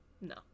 No